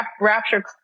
Rapture